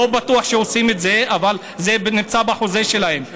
לא בטוח שעושים את זה, אבל זה נמצא בחוזה שלהם.